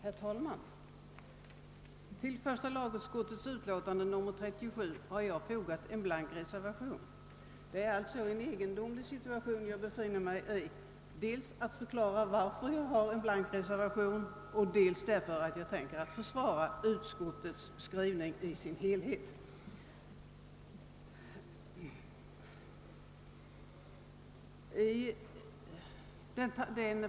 Herr talman! Till första lagutskottets utlåtande nr 37 har jag fogat en blank reservation. Det är alltså en egendomlig situation jag befinner mig i då jag skall dels förklara varför jag har avgivit en blank reservation, dels försvara utskottets skrivning i dess helhet.